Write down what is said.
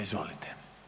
Izvolite.